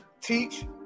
teach